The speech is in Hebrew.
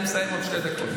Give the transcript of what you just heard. אני מסיים בעוד שתי דקות.